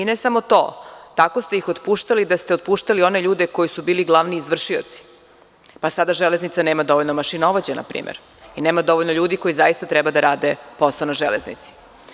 Ne samo to, tako ste ih otpuštali da ste otpuštali one ljude koji su bili glavni izvršioci, pa sada „Železnica“ nema dovoljno mašinovođa, na primer, i nema dovoljno ljudi koji zaista treba da rade posao na „Železnici“